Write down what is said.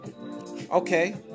Okay